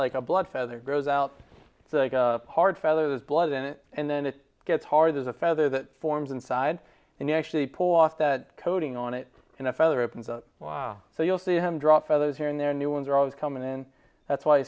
like a blood feather goes out the hard feathers blood in it and then it gets hard as a feather that forms inside and they actually pull off that coating on it and a feather opens up wow so you'll see him drop feathers here and their new ones are always coming in that's why